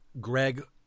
Greg